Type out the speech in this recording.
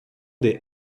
des